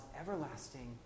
everlasting